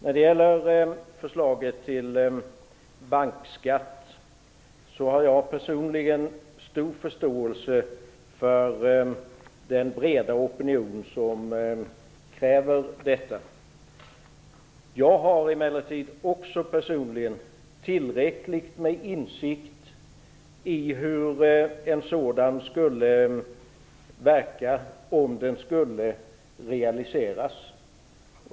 Beträffande förslaget om bankskatt har jag personligen stor förståelse för den breda opinion som kräver detta. Jag har emellertid tillräckligt med insikt i hur en sådan skulle verka om den skulle realiseras.